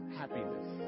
happiness